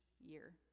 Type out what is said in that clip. year